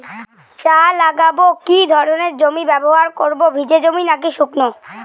চা লাগাবো কি ধরনের জমি ব্যবহার করব ভিজে জমি নাকি শুকনো?